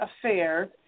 affairs